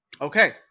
Okay